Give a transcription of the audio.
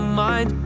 mind